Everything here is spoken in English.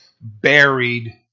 buried